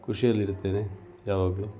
ಖುಷಿಯಲ್ಲಿರ್ತೇನೆ ಯಾವಾಗಲೂ